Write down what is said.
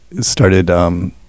started